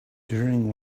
during